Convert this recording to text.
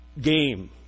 game